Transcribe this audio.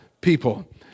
people